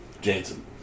Jansen